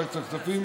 ועדת כספים?